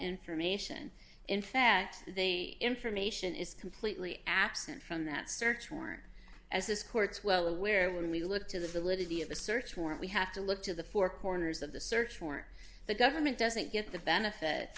information in fact they information is completely absent from that search warrant as this court's well aware when we look to the ability of the search warrant we have to look to the four corners of the search for the government doesn't get the benefit